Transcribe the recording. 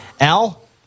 Al